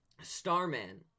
Starman